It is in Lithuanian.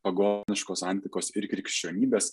pagoniškos antikos ir krikščionybės